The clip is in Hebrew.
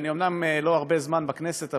אני אומנם לא הרבה זמן בכנסת,